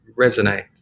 resonate